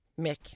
Mick